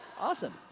Awesome